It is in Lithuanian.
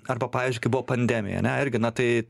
arba pavyzdžiui kai buvo pandemija ane irgi na tai